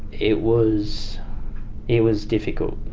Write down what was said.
it was it was difficult.